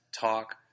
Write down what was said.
talk